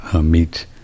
meet